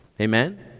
Amen